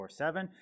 24-7